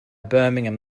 birmingham